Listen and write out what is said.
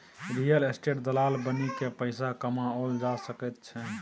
real estate दलाल बनिकए पैसा कमाओल जा सकैत छै